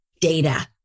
data